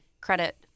credit